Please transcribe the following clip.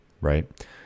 right